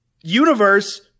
Universe